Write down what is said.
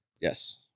Yes